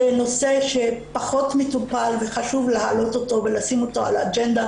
שזה נושא שפחות מטופל וחשוב להעלות אותו ולשים אותו על האג'נדה